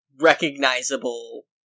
recognizable